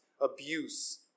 abuse